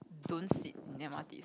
don't sit in the m_r_t